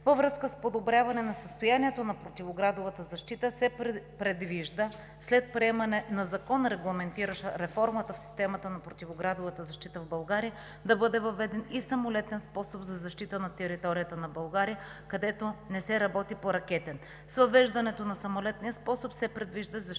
Във връзка с подобряване на състоянието на противоградовата защита се предвижда след приемане на закон, регламентиращ реформата в системата на противоградовата защита в България, да бъде въведен и самолетен способ за защита на територията на България, където не се работи по ракетен. С въвеждането на самолетния способ се предвижда защитата